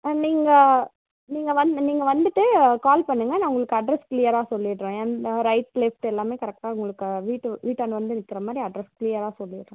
நீங்கள் நீங்கள் வந்து நீங்கள் வந்துட்டு கால் பண்ணுங்கள் நான் உங்களுக்கு அட்ரஸ் க்ளியராக சொல்லிடுறேன் எந்த ரைட் லெஃப்ட்டு எல்லாம் கரெக்டாக உங்களுக்கு வீட்டு வீட்டாண்ட வந்து நிக்கிற மாதிரி அட்ரஸ் க்ளியராக சொல்லிடுறேன்